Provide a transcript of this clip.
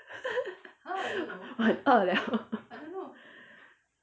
我很饿 liao